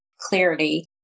clarity